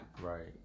Right